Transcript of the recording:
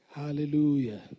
Hallelujah